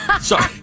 Sorry